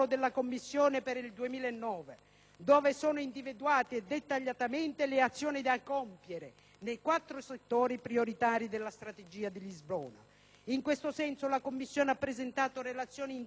dove sono individuate dettagliatamente le azioni da compiere nei quattro settori prioritari della Strategia di Lisbona. In questo senso la Commissione ha presentato relazioni individuali sui singoli Stati membri,